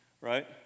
right